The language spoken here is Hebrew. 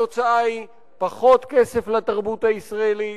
התוצאה היא פחות כסף לתרבות הישראלית,